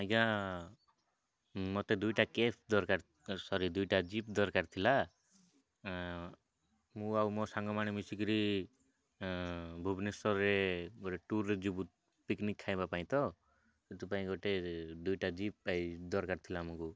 ଆଜ୍ଞା ମୋତେ ଦୁଇଟା କ୍ୟାବ୍ ଦରକାର ସରି ଦୁଇଟା ଜିପ୍ ଦରକାର ଥିଲା ମୁଁ ଆଉ ମୋ ସାଙ୍ଗମାନେ ମିଶି କରି ଭୁବନେଶ୍ୱରରେ ଗୋଟେ ଟୁର୍ରେ ଯିବୁ ପିକନିକ୍ ଖାଇବା ପାଇଁ ତ ସେଥିପାଇଁ ଗୋଟେ ଦୁଇଟା ଜିପ୍ ପାଇ ଦରକାର ଥିଲା ଆମକୁ